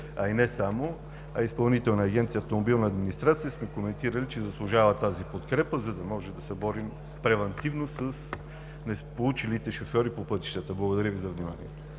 а и не само. Изпълнителна агенция „Автомобилна администрация“ сме коментирали, че заслужава тази подкрепа, за да може да се борим превантивно с несполучилите шофьори по пътищата. Благодаря Ви, за вниманието.